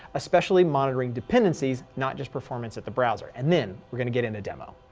especially monitoring dependencies, not just performance at the browser, and then we're going to get into demo.